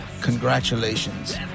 Congratulations